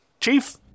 Chief